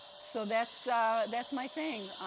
so that's so that's my thing.